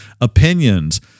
opinions